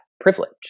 privilege